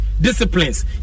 Disciplines